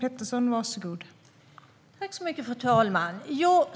Fru talman!